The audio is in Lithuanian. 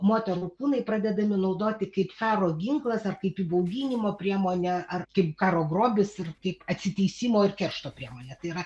moterų kūnai pradedami naudoti kaip fero ginklas ar kaip įbauginimo priemonė ar kaip karo grobis ir kaip atsiteisimo ir keršto priemonė tai yra